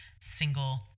single